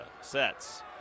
sets